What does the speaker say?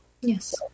yes